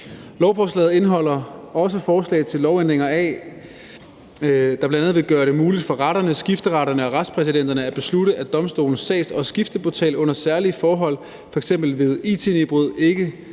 Lovforslaget indeholder også forslag til lovændringer, der bl.a. vil gøre det muligt for retterne, skifteretterne og retspræsidenterne at beslutte, at domstolenes sags- og skifteportal under særlige forhold, f.eks. ved it-nedbrud, ikke